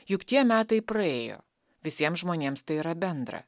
juk tie metai praėjo visiems žmonėms tai yra bendra